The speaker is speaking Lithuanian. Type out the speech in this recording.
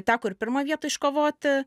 teko ir pirmą vietą iškovoti